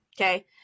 Okay